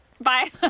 Bye